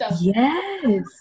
Yes